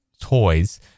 toys